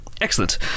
Excellent